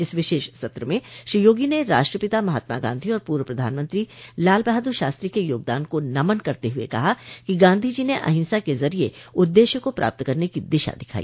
इस विशेष सत्र में श्री योगी ने राष्ट्रपिता महात्मा गांधी और पूर्व प्रधानमंत्री लाल बहादुर शास्त्री के योगदान को नमन करते हुए कहा कि गांधी जी ने अहिंसा के जरिए उददेश्य को प्राप्त करने की दिशा दिखाई